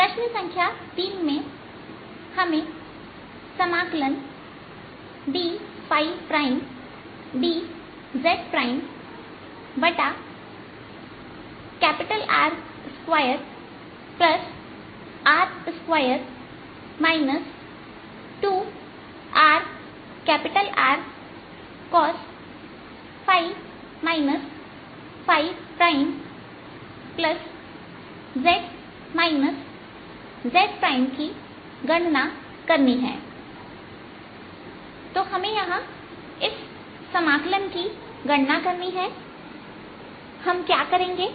प्रश्न संख्या 3 में हमें समाकलन ddzR2r2 2rRcos z zकी गणना करनी है हमें यहां इस समाकलन की गणना करनी है तो हम क्या करेंगे